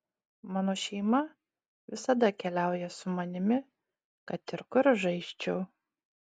mano šeima visada keliauja su manimi kad ir kur žaisčiau